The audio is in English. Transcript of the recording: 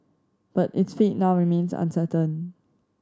but its fate now remains uncertain